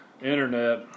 internet